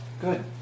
Good